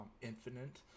Infinite